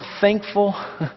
thankful